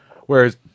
Whereas